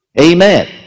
Amen